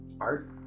Art